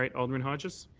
alderman hodges.